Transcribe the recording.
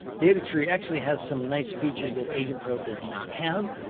datatree actually has some nice features that agentpro does not have,